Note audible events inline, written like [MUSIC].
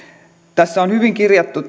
tässä selonteossa on hyvin kirjattu [UNINTELLIGIBLE]